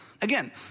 Again